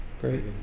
Great